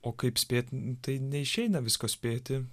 o kaip spėt tai neišeina visko spėti